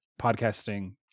podcasting